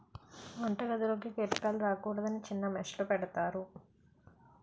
వంటగదిలోకి కీటకాలు రాకూడదని చిన్న మెష్ లు పెడతారు